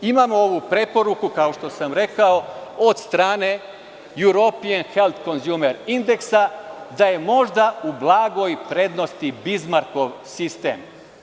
Imamo ovu preporuku kao što sam rekao, od strane Europen health consumer indeksa da je možda u blagoj prednosti Bizmarkov sistem.